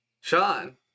Sean